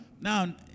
Now